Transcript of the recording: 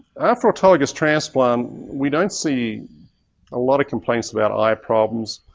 after autologous transplant, we don't see a lot of complaints about eye problems.